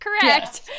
correct